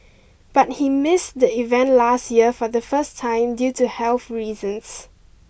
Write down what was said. but he missed the event last year for the first time due to health reasons